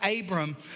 Abram